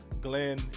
Glenn